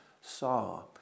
saw